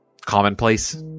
commonplace